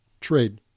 trade